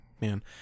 Man